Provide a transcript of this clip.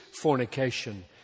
fornication